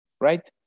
right